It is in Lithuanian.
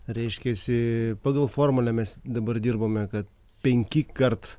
reiškiasi pagal formulę mes dabar dirbame kad penki kart